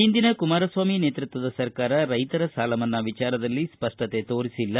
ಹಿಂದಿನ ಕುಮಾರಸ್ವಾಮಿ ನೇತೃತ್ವದ ಸರ್ಕಾರ ರೈತರ ಸಾಲ ಮನ್ನಾ ವಿಚಾರದಲ್ಲಿ ಸಪ್ಪತ್ ತೋರಿಸಿಲ್ಲ